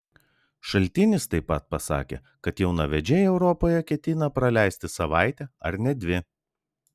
šaltinis taip pat pasakė kad jaunavedžiai europoje ketina praleisti savaitę ar net dvi